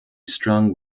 strung